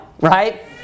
right